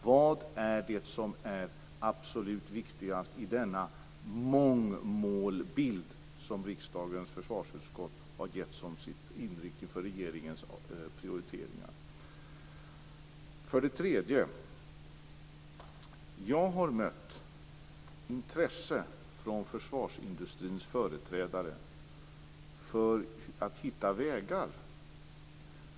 Vad är det som är absolut viktigast i den mångmålbild som riksdagens försvarsutskott har givit som inriktning för regeringens prioriteringar? För det tredje: Jag har mött intresse från försvarsindustrins företrädare för att hitta vägar.